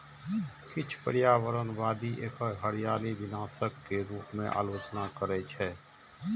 किछु पर्यावरणवादी एकर हरियाली विनाशक के रूप मे आलोचना करै छै